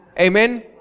Amen